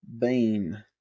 Bane